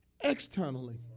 externally